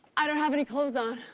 i don't have any clothes on.